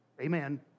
Amen